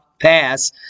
pass